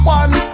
one